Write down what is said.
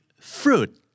fruit